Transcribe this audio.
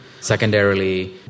Secondarily